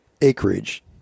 acreage